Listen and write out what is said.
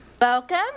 Welcome